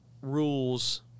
rules